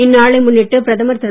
இந்நாளை முன்னிட்டு பிரதமர் திரு